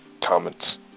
comments